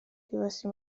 diversi